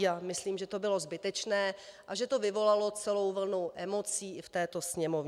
A myslím, že to bylo zbytečné a že to vyvolalo celou vlnu emocí i v této Sněmovně.